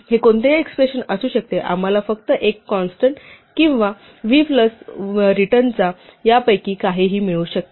हे कोणतेही एक्सप्रेशन असू शकते आम्हाला फक्त एक कॉन्स्टन्ट किंवा v प्लस वनचा रिटर्न यापैकी काहीही मिळू शकते